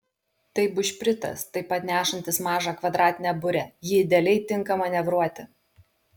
tai bušpritas taip pat nešantis mažą kvadratinę burę ji idealiai tinka manevruoti